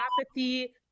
apathy